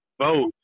vote